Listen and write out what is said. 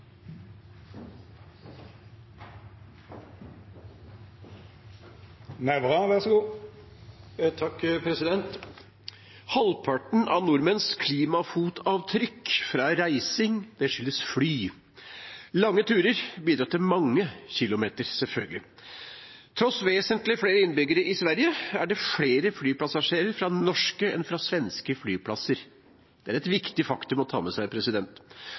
Halvparten av nordmenns klimafotavtrykk fra reising skyldes fly. Lange turer bidrar til mange kilometer, selvfølgelig. Tross vesentlig flere innbyggere i Sverige er det flere flypassasjerer fra norske enn fra svenske flyplasser. Det er et viktig faktum å ta med seg.